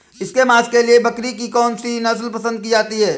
इसके मांस के लिए बकरी की कौन सी नस्ल पसंद की जाती है?